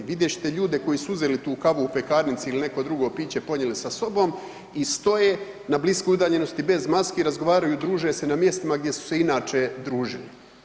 Vidjet ćete ljude koji su uzeli tu kavu u pekarnici ili neko piće ponijeli sa sobom i stoje na bliskoj udaljenosti bez maski, razgovaraju, druže se na mjestima gdje su se inače družili.